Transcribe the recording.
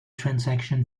transaction